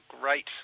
great